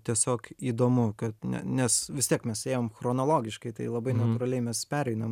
tiesiog įdomu ka nes vis tiek mes ėjom chronologiškai tai labai natūraliai mes pereinam